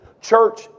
church